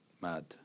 Mad